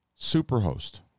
Superhost